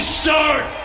start